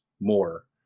more